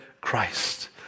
Christ